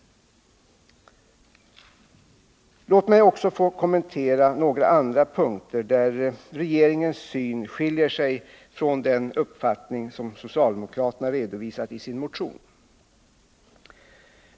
Låt mig också få kommentera några andra punkter där regeringens syn skiljer sig från den uppfattning som socialdemokraterna redovisat i sin motion.